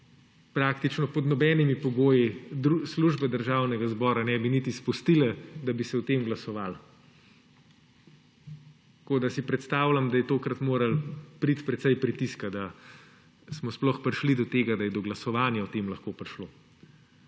Tega praktično pod nobenimi pogoji službe Državnega zbora ne bi niti spustile tako daleč, da bi se o tem glasovalo. Tako da si predstavljam, da je tokrat moralo priti precej pritiska, da smo sploh prišli do tega, da je do glasovanja o tem lahko prišlo.